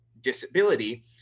disability